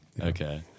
Okay